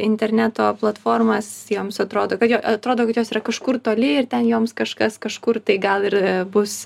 interneto platformas joms atrodo atrodo kad jos yra kažkur toli ir ten joms kažkas kažkur tai gal ir bus